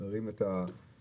מראים את ההתייחסות